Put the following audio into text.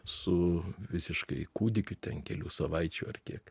su visiškai kūdikiu ten kelių savaičių ar kiek